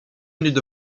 minutes